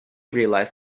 realized